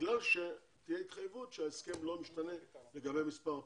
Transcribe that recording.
בגלל שתהיה התחייבות שההסכם לא משתנה לגבי מספר הפורשים.